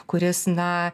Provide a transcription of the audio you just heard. kuris na